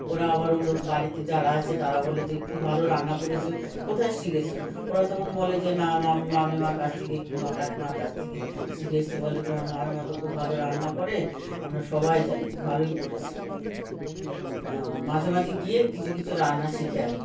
ওরা আবার ওর বাড়িতে যারা আছে তারা বলে যে খুব ভালো রান্না করেছো কোথায় শিখেছ ওরা তখন বলে যে না মামা মামীমার কাছ থেকে কিংবা কাকীমার কাছ থেকে শিখে এসছি বলে তোমার মামীমা তো খুব ভালো রান্না করে আমরা সবাই জানি ভালোই করেছো মাঝে মাঝে গিয়ে কিছু কিছু রান্না শিখে আসবে